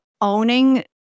owning